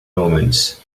omens